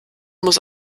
muss